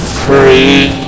free